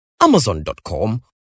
amazon.com